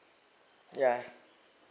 yeah